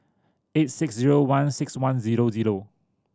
eight six zero one six one zero zero